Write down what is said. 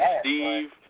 Steve